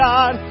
God